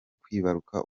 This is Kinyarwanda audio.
kwibaruka